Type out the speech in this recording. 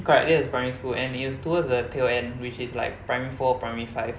correct this was primary school and it was towards the tail end which is like primary four primary five